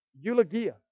Eulogia